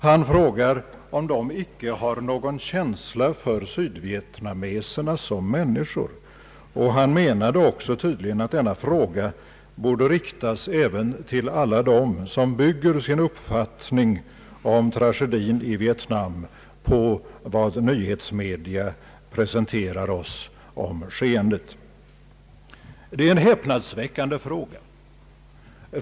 Han frågade om de icke har någon känsla för sydvietnameserna som människor, och han menade tydligen att denna fråga även borde riktas till alla dem som bygger sin uppfattning om tragedien i Vietnam på vad nyhetsmedia presenterar oss om skeendet. Det är en häpnadsväckande fråga.